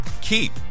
keep